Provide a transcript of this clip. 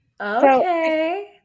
Okay